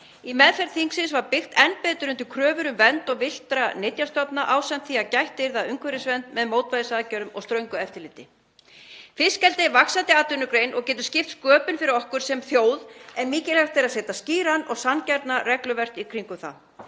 Í meðferð þingsins var byggt enn betur undir kröfur um vernd villtra nytjastofna ásamt því að gætt yrði að umhverfisvernd með mótvægisaðgerðum og ströngu eftirliti. Fiskeldi er vaxandi atvinnugrein og getur skipt sköpum fyrir okkur sem þjóð en mikilvægt er að setja skýrt og sanngjarnt regluverk í kringum það.